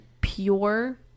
pure